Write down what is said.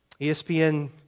ESPN